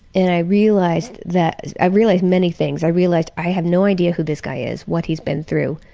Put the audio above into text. and i realized that i realized many things. i realized i have no idea who this guy is, what he's been through,